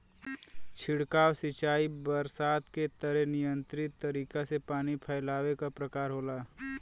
छिड़काव सिंचाई बरसात के तरे नियंत्रित तरीका से पानी फैलावे क प्रकार होला